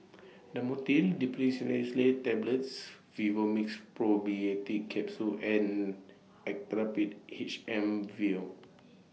Dhamotil Diphenoxylate Tablets Vivomixx Probiotics Capsule and Actrapid H M Vial